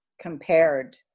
compared